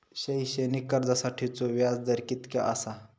शैक्षणिक कर्जासाठीचो व्याज दर कितक्या आसा?